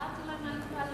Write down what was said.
עזרתי לו עם מותנבי.